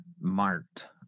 marked